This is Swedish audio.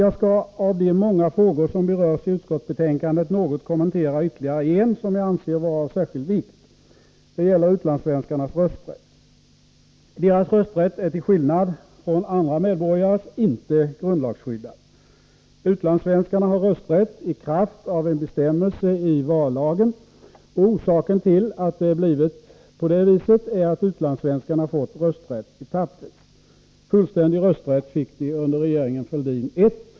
Jag skall av de många frågor som berörs i utskottsbetänkandet något kommentera ytterligare en, som jag anser vara av särskild vikt. Det gäller utlandssvenskarnas rösträtt. Deras rösträtt är, till skillnad från andra medborgares, inte grundlagsskyddad. Utlandssvenskarna har rösträtt i kraft av en bestämmelse i vallagen. Orsaken till att det blivit på det viset är att utlandssvenskarna fått rösträtt etappvis. Fullständig rösträtt fick de under regeringen Fälldin I.